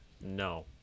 No